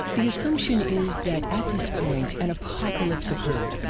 the assumption is that at this point an apocalypse occurred.